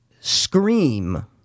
Scream